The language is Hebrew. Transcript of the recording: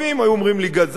היו אומרים לי גזען.